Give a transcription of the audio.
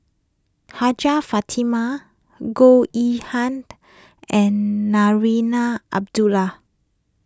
Hajjah Fatimah Goh Yihan and Abdullah